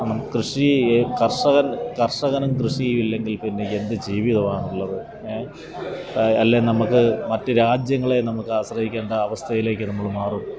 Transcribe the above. കൃഷിയെയും കര്ഷകന് കര്ഷകനും കൃഷിയും ഇല്ലെങ്കില്പ്പിന്നെ എന്ത് ജീവിതമാണുള്ളത് ഏ അല്ലേ നമുക്ക് മറ്റ് രാജ്യങ്ങളെ നമുക്ക് ആശ്രയിക്കേണ്ട അവസ്ഥയിലേക്ക് നമ്മൾ മാറും